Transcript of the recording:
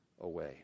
away